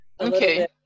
Okay